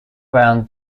brown